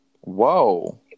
Whoa